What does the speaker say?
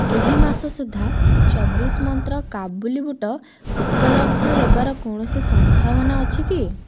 ଏହି ମାସ ସୁଦ୍ଧା ଚବିଶ ମନ୍ତ୍ର କାବୁଲି ବୁଟ ଉପଲବ୍ଧ ହେବାର କୌଣସି ସମ୍ଭାବନା ଅଛି କି